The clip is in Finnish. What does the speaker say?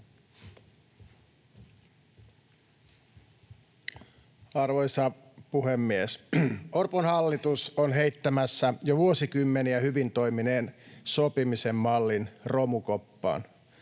Arvoisa puhemies! Orpon hallitus on heittämässä jo vuosikymmeniä hyvin toimineen sopimisen mallin romukoppaan.